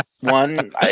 one